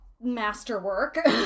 masterwork